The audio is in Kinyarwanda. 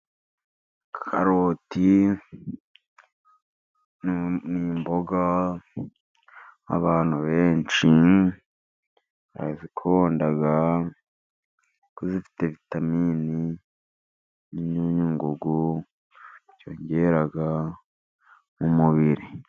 Karoti n'imboga abantu benshi barazikunda, kuko zifite vitamini n'imyunyungugu byongera mu mubiri.